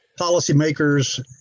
Policymakers